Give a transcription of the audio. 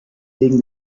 wegen